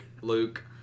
Luke